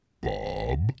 Bob